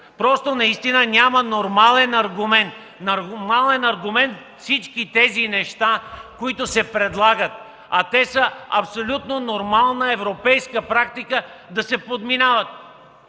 изборите. Наистина няма нормален аргумент всички тези неща, които се предлагат, а те са абсолютно нормална европейска практика, да се подминават.